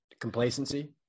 complacency